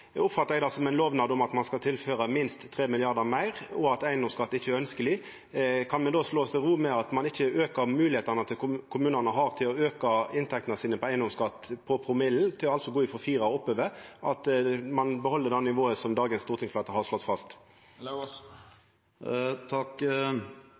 oppfattar eg det som ein lovnad om at ein skal tilføra minst 3 mrd. kr meir, og at eigedomsskatt ikkje er ønskjeleg. Kan me då slå oss til ro med at ein ikkje aukar moglegheitene kommunane har til å auka inntektene sine frå eigedomsskatt på promillen, altså frå fire og oppover, men at ein beheld det nivået som dagens stortingsfleirtal har slått fast?